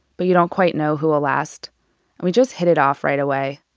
but you don't quite know who will last. and we just hit it off right away.